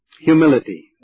humility